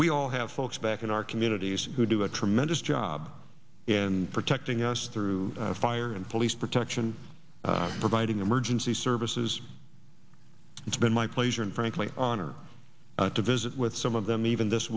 we all have folks back in our communities who do a tremendous job in protecting us through fire and police protection providing emergency services it's been my pleasure and frankly honor to visit with some of them even this